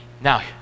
Now